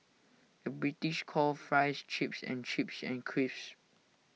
the British calls Fries Chips and Chips Crisps